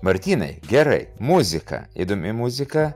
martynai gerai muzika įdomi muzika